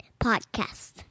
Podcast